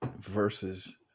versus